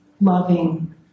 loving